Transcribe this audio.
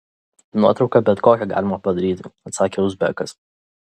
nuotrauką bet kokią galimai padaryti atsakė uzbekas